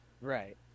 Right